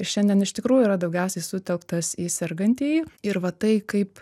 ir šiandien iš tikrųjų yra daugiausiai sutelktas į sergantįjį ir va tai kaip